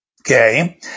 Okay